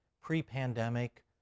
Pre-pandemic